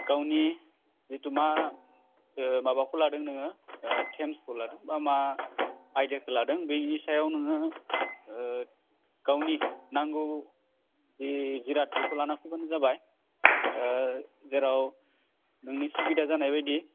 गावनि जितु मा माबाखौ लादों नोङो टेन्सखौ लादों बा मा आयदाखौ लादों बेनि सायाव नोङो गावनि नांगौ जि जिराद बेखौ लाना फैबानो जाबाय जेराव नोंनि सुबिदा जानाय बायदि